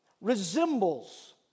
resembles